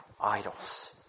idols